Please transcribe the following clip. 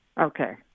okay